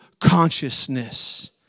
consciousness